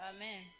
Amen